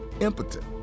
impotent